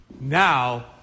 now